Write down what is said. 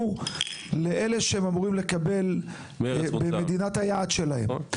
לאלה שהם אמורים לקבל ממדינת המוצא שלהם.